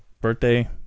Birthday